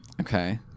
Okay